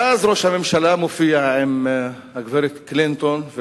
ואז ראש הממשלה מופיע עם הגברת קלינטון,